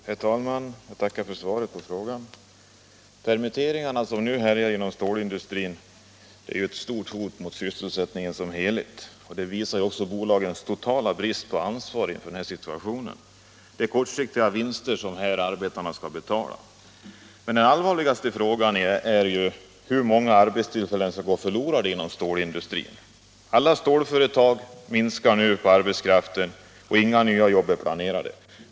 Herr talman! Jag tackar för svaret på min fråga. Permitteringarna, som nu härjar inom stålindustrin, är ett stort hot mot sysselsättningen som helhet. De visar också bolagens totala brist på ansvar inför situationen. Här är det fråga om kortsiktiga vinster som arbetarna skall betala. Det allvarligaste i frågan är emellertid hur många arbetstillfällen som skall gå förlorade inom stålindustrin. Stålföretagen minskar nu på arbetskraften, och inga nya jobb är planerade.